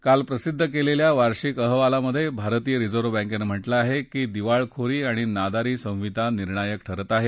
काल प्रसिद्ध केलेल्या वार्षिंक अहवालात भारतीय रिझर्व बँकेनं म्हटलं आहे की दिवाळखोरी आणि नादारी संहिता निर्णायक ठरत आहे